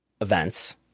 events